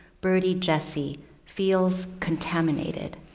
birdie jessie feels contaminated.